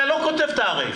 אתה לא כותב תאריך.